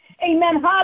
Amen